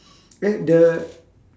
eh the